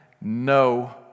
no